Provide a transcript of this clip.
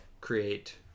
create